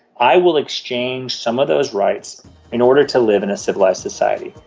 i will exchange some of those rights in order to live in a civilised society.